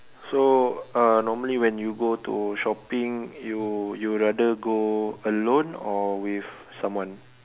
so uh normally when you go to shopping you you would rather go alone or with someone